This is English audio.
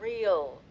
real